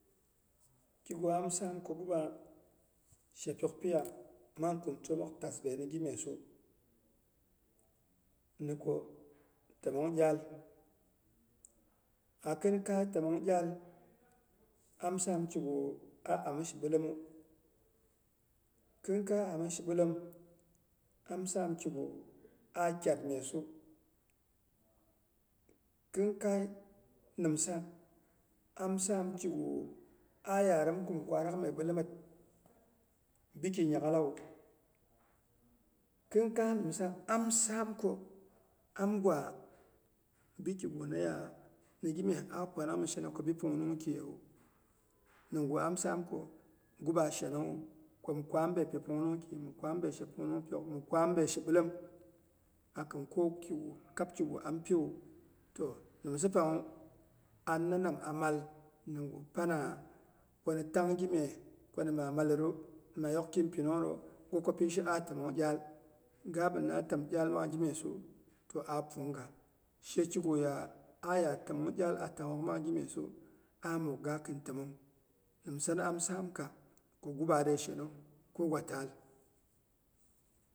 Kigu am sam ko guba shepyok piya mang kum twomok tasbei ni gimyesu niko təmong iyal. a kin kai təmong iyal am sam kigu a'ami shibilemu, kin kai ani shibilem, am saam kigu ah kyat myesu, kin kai nimsa, am sam kigu ah yaarim kum kwarak mye bilemət biki nya'ghalawu khinkai nimsa amsam ko am gwa bikiguna ya nigiinye ah kwanang mi shena ko bi pungnung kiyewu, nin gu am saam ko guba shenongnwu, ko mi kwa ambe pi pangnungki, mi kwa ambe she pungnung pyok, mi kwa ambe she pungnung pyok, mi kwambe shi bilem akin koki gu kab kigu am piwu. Toh nimsa pangnwu anna nam a mal nungwu pana ni tang gimye maa ni malern maa yok ki pinungiru, kwa ko pi she ah təmong iyal. Gabina təm iyal mang gimyesu, toh ah punga shekiguya ah yat temong iyal a tanghook mang gimyesu ah mukga kun təmong nimsa ni am saam ko ko guba shenong ko gwa taal.